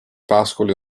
pascoli